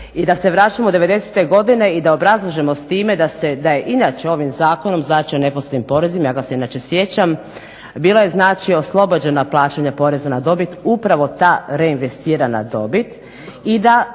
i da se vraćamo u 90-te godine i da obrazlažemo s time da je inače ovim zakonom znači o neposrednim porezima, ja ga se inače sjećam, bilo je znači oslobođena plaćanja poreza na dobit uprava ta reinvestirana dobit